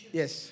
yes